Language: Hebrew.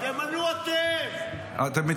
לא, תמנו אתם, אתם.